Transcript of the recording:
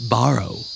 Borrow